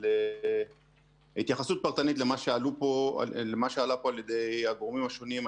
אבל התייחסות פרטנית למה שעלה פה על ידי הגורמים השונים,